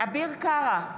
אביר קארה,